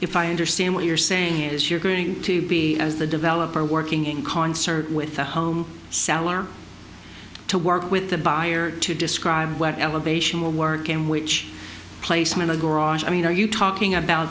if i understand what you're saying is you're going to be as the developer working in concert with the home seller to work with the buyer to describe where elevation work in which placement of garage i mean are you talking about